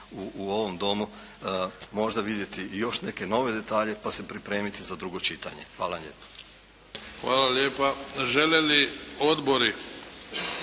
u ovom Domu možda vidjeti i još neke nove detalje pa se pripremiti za drugo čitanje. Hvala vam lijepo. **Bebić,